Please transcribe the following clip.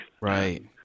Right